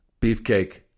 beefcake